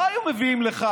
לא היו מביאים לך,